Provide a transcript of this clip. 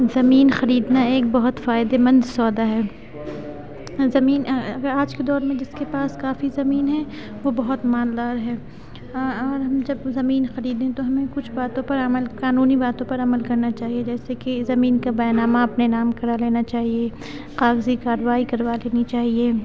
زمین خریدنا ایک بہت فائدے مند سودا ہے زمین اگر آج کے دور میں جس کے پاس کافی زمین ہے وہ بہت مالدار ہے اور ہم جب زمین خریدیں تو ہمیں کچھ باتوں پر عمل قانونی باتوں پر عمل کرنا چاہیے جیسے کہ زمین کا بیعنامہ اپنے نام کرا لینا چاہیے کاغذی کاروائی کروا لینی چاہیے